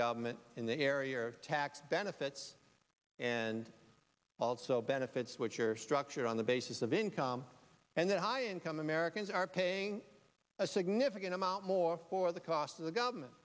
government in the area of tax benefits and also benefits which are structured on the basis of income and high income americans are paying a significant amount more for the cost of the government